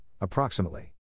approximately